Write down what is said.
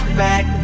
back